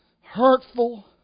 hurtful